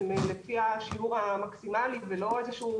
הן לפי השיעור המקסימלי ולא איזשהו